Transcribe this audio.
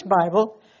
Bible